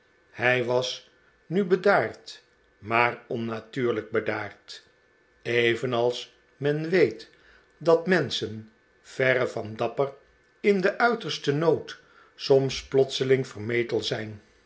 hij was nu bedaard maar onnatuurlijk bedaard evenals men weet dat menschen verre van dapper in den uitersten nood soms plotseling vermetel zijn